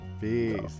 Peace